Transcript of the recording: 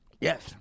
yes